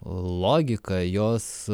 logika jos